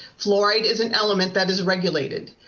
fluoride is an element that is regulated.